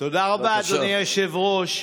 תודה רבה, אדוני היושב-ראש.